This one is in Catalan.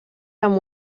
amb